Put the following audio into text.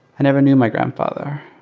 i never knew my grandfather.